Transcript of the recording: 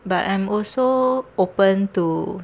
but I'm also open to